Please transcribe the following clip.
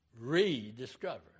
rediscover